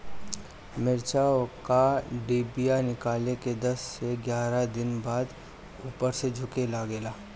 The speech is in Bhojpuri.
मिरचा क डिभी निकलले के दस से एग्यारह दिन बाद उपर से झुके लागेला?